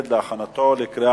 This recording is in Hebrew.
שתקבע